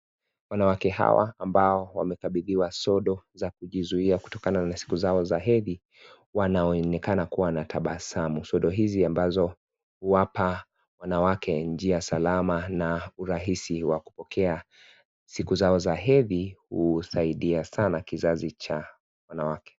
Wanawake hawa ambao wamekabidhiwa sodo za kujizuia kutokana na siku zao za hedhi wanaonekana kuwa na tabasamu . Sodo hizi ambazo huwapa wanawake njia salama na urahisi wa kupokea siku zao za hedhi husaidia sana kizazi cha wanawake.